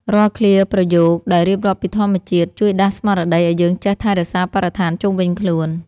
រាល់ឃ្លាប្រយោគដែលរៀបរាប់ពីធម្មជាតិ ជួយដាស់ស្មារតីឱ្យយើងចេះថែរក្សាបរិស្ថានជុំវិញខ្លួន។